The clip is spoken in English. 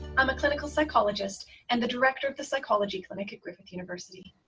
i'm a clinical psychologist and the director of the psychology clinic at griffith university.